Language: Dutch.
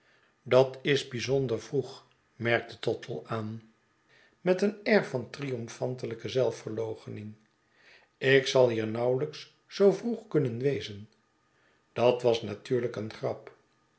dat is bijzonder vroeg merkte tottle aan met een air van triomfantelijke zelfverloochening ik zal hier nauwelijks zoo vroeg kunnen wezen dat was natuurlijk een grap